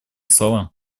слова